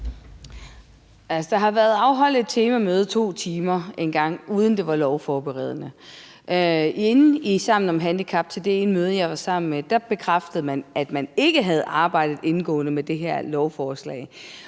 Der har været afholdt et temamøde på 2 timer engang, uden at det var lovforberedende. Ved det ene møde med Sammen om handicap, jeg var med til, bekræftede man, at man ikke havde arbejdet indgående med det her lovforslag.